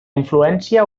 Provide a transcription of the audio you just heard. influència